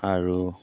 আৰু